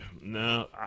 no